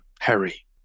Harry